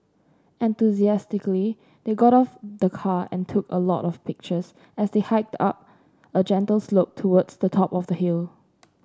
enthusiastically they got out of the car and took a lot of pictures as they hiked up a gentle slope towards the top of the hill